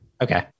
Okay